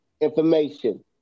information